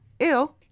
Ew